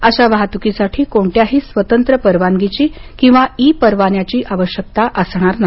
अशा वाहतुकीसाठी कोणत्याही स्वतंत्र परवानगीची किंवा ई परवान्याची आवश्यकता असणार नाही